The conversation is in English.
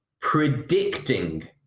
predicting